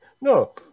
No